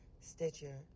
Stitcher